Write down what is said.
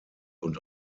und